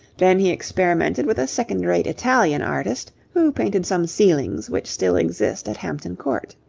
then he experimented with a second-rate italian artist, who painted some ceilings which still exist at hampton court.